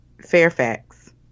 Fairfax